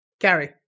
Gary